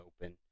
open